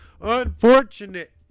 Unfortunate